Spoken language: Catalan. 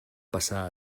passar